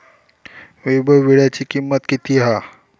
वैभव वीळ्याची किंमत किती हा?